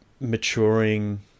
maturing